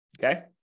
Okay